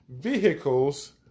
vehicles